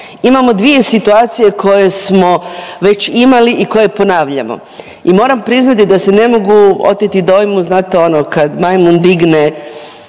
Imamo dvije situacije koje smo već imali i koje ponavljamo i moram priznati da se ne mogu oteti dojmu znate ono kad majmun digne